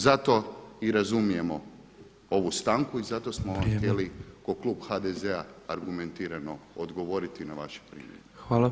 Zato i razumijemo ovu stanku i zato smo vam htjeli [[Upadica predsjednik: Vrijeme.]] kao klub HDZ-a argumentirano odgovoriti na vaše primjedbe.